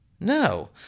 No